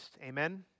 Amen